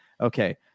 Okay